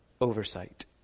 oversight